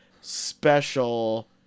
special